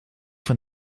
van